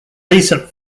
recent